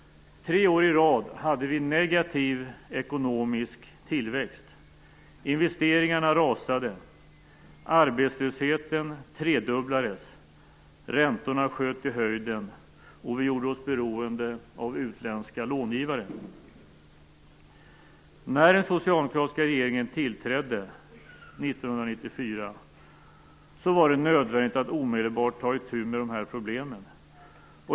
Tre år i rad hade vi negativ ekonomisk tillväxt. Investeringarna rasade, arbetslösheten tredubblades, räntorna sköt i höjden, och vi gjorde oss beroende av utländska långivare. 1994 var det nödvändigt att omedelbart ta itu med dessa problem.